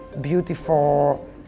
beautiful